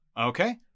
Okay